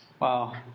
Wow